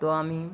তো আমি